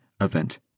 event